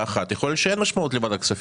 אחת אז יכול להיות שאין משמעות לוועדת הכספים.